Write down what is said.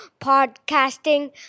Podcasting